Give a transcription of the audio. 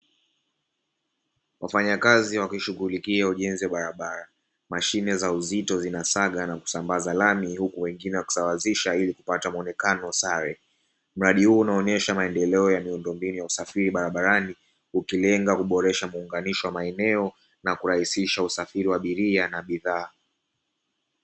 Wafanyakazi wakishughulikia ujenzi wa barabara, mashine za uzito zinasaga na kusambaza lami huku wengine wakisawazisha ili kupata muonekano sare. Mradi huu unaonyesha maendeleo ya miundombinu ya usafiri barabarani ukilenga kuboresha muunganisho wa maeneo na kurahisisha usafiri wa abiria na bidhaa.